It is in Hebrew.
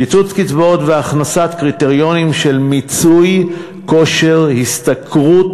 קיצוץ קצבאות והכנסת קריטריונים של מיצוי כושר השתכרות